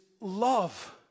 love